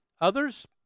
Others